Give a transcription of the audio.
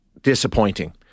disappointing